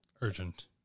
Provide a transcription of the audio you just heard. Urgent